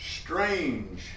strange